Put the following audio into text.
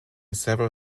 several